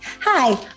Hi